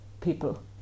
people